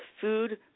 food